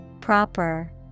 Proper